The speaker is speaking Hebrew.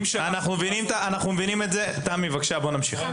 תמי, בבקשה, בואי נמשיך.